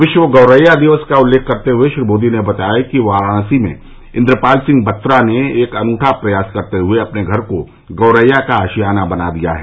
विश्व गौरैया दिवस का उल्लेख करते हुए श्री मोदी ने बताया कि वाराणसी में इन्द्रपाल सिंह बत्रा ने एक अनूठा प्रयास करते हुए अपने घर को गौरैया का आशियाना बना दिया है